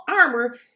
armor